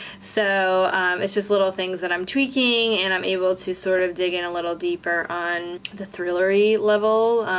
so it's just little things that i'm tweaking, and i'm able to sort of dig in a little deeper on the thriller-y level.